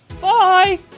bye